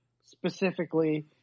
specifically